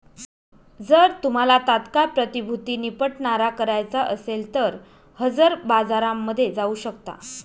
जर तुम्हाला तात्काळ प्रतिभूती निपटारा करायचा असेल तर हजर बाजारामध्ये जाऊ शकता